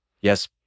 yes